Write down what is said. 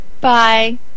Bye